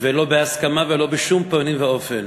ולא בהסכמה ולא בשום פנים ואופן,